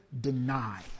deny